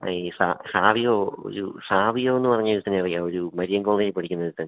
ഈ സാവിയോ ഒരു സാവിയോയെന്നു പറഞ്ഞ ഒരുത്തനെ അറിയാമോ ഒരു മരിയൻ കോളേജിൽ പഠിക്കുന്നൊരുത്തൻ